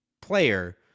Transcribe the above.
player